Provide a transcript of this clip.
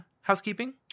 housekeeping